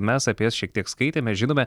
mes apie jas šiek tiek skaitėme žinome